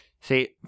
See